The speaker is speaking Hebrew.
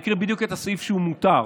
ואקריא בדיוק את הסעיף שהוא מותר.